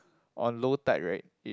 on low tide right